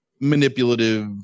manipulative